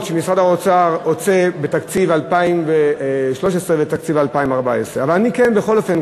שמשרד האוצר עושה בתקציב 2013 ותקציב 2014. בכל אופן,